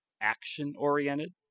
action-oriented